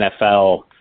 NFL